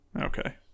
Okay